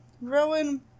Rowan